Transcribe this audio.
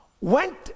went